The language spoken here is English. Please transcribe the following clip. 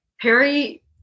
Perry